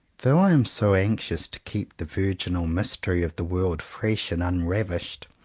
though i am so anxious to keep the virginal mystery of the world fresh and unravished,